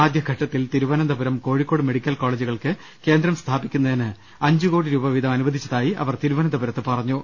ആദ്യഘട്ടത്തിൽ തിരുവനന്തപുരം കോഴിക്കോട് മെഡിക്കൽ കോളേജുകൾക്ക് കേന്ദ്രം സ്ഥാപിക്കുന്നതിന് അഞ്ചുകോടി രൂപ വീതം അനുവദിച്ചതായി അവർ തിരുവനന്തപുരത്ത് പറഞ്ഞു